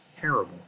terrible